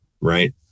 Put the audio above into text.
right